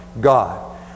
God